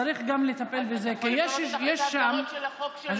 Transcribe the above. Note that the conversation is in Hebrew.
אתה יכול לשנות את ההגדרות של החוק של